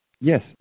Yes